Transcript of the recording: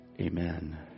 amen